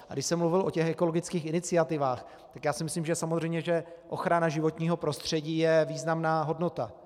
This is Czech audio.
A když jsem mluvil o těch ekologických iniciativách, tak si myslím, že je samozřejmé, že ochrana životního prostředí je významná hodnota.